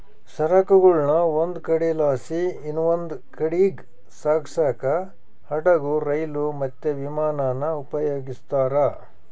ಸರಕುಗುಳ್ನ ಒಂದು ಕಡೆಲಾಸಿ ಇನವಂದ್ ಕಡೀಗ್ ಸಾಗ್ಸಾಕ ಹಡುಗು, ರೈಲು, ಮತ್ತೆ ವಿಮಾನಾನ ಉಪಯೋಗಿಸ್ತಾರ